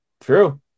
true